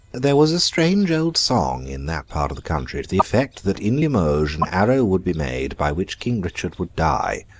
there was a strange old song in that part of the country, to the effect that in limoges an arrow would be made by which king richard would die.